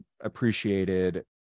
appreciated